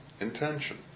intention